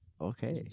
okay